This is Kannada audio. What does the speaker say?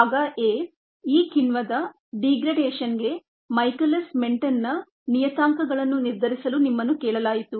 ಭಾಗ a ಈ ಕಿಣ್ವದ ಡೀಗ್ರ್ಡೇಶ್ನ್ ಗೆ ಮೈಕೆಲಿಸ್ ಮೆನ್ಟೆನ್ನ ನಿಯತಾಂಕಗಳು ನಿರ್ಧರಿಸಲು ನಿಮ್ಮನ್ನು ಕೇಳಲಾಯಿತು